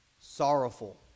Sorrowful